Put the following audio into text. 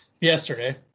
yesterday